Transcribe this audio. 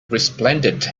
resplendent